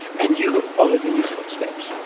and you have followed in his footsteps.